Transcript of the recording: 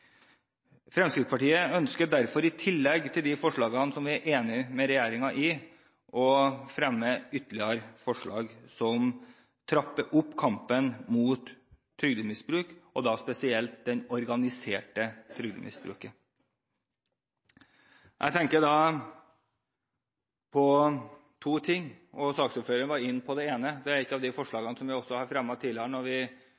Fremskrittspartiet ønsker derfor, i tillegg til de forslagene som vi er enige med regjeringen i, å fremme ytterligere forslag som trapper opp kampen mot trygdemisbruk, og da spesielt det organiserte trygdemisbruket. Jeg tenker da på to ting – og saksordføreren var inne på det ene. Det er et av de forslagene som vi